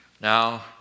Now